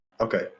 Okay